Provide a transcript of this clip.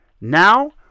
now